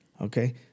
Okay